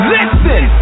Listen